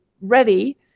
ready